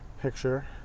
picture